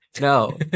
no